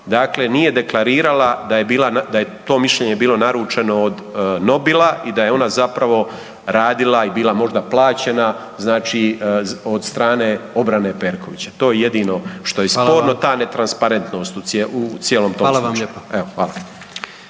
dakle nije deklarirala da je to mišljenje bilo naručeno od Nobila i da je ona zapravo radila i bila možda plaćena, znači od strane obrane Perkovića. To je jedino što sporno, … …/Upadica predsjednik: Hvala vam./…